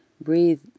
breathe